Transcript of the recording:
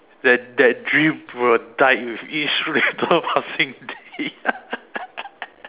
that that dream will die with each little passing day